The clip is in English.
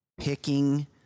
picking